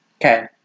Okay